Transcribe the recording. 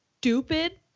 stupid